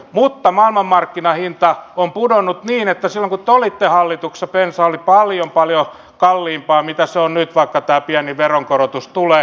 mutta maailmanmarkkinahinta on pudonnut niin että silloin kun te olitte hallituksessa bensa oli paljon paljon kalliimpaa kuin se on nyt vaikka tämä pieni veronkorotus tulee